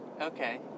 Okay